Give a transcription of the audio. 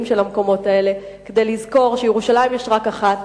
של המקומות האלה כדי לזכור שירושלים יש רק אחת,